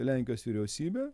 lenkijos vyriausybė